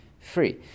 free